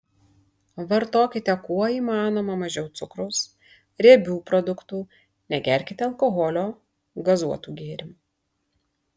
vartokite kuo įmanoma mažiau cukraus riebių produktų negerkite alkoholio gazuotų gėrimų